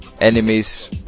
enemies